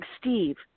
Steve